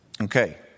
Okay